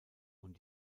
und